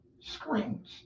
screens